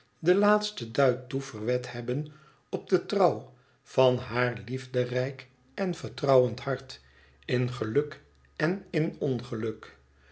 den laatsten duit toe verwed hebben op de trouw van haar liefderijk en vertrouwend hart in geluk en in ongeluk